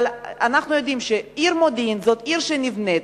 אנחנו יודעים שהעיר מודיעין זאת עיר שנבנית,